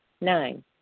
Nine